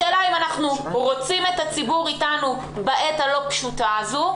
השאלה אם אנחנו רוצים את הציבור איתנו בעת הלא פשוטה הזאת,